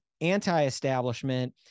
anti-establishment